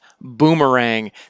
Boomerang